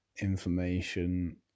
information